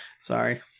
sorry